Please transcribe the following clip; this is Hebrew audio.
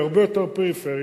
היא הרבה יותר פריפריה,